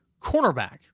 Cornerback